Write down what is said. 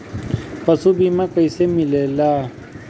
पशु बीमा कैसे मिलेला?